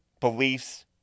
beliefs